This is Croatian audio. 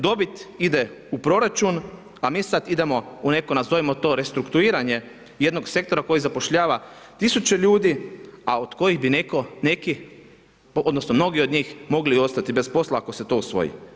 Dobit ide u proračun, a mi sada idemo u neko nazovimo to restrukturiranje jednog sektora koji zapošljava tisuće ljudi, a od kojih bi neki odnosno mnogi od njih mogli ostati bez posla ako se to usvoji.